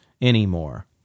anymore